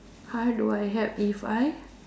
how I do I help if I